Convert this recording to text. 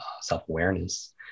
self-awareness